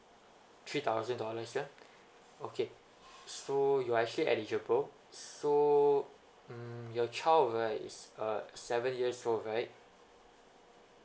three thousand dollars yeah okay so you are actually eligible so mm your child right is uh seven years old right